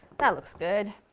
that looks good!